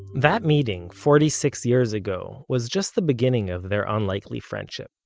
that meeting forty-six years ago was just the beginning of their unlikely friendship.